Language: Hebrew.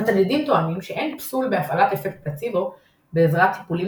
המצדדים טוענים שאין פסול בהפעלת אפקט פלצבו בעזרת טיפולים